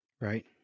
Right